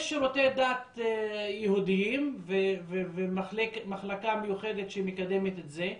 יש שירותי דת יהודיים ומחלקה מיוחדת שמקדמת את זה,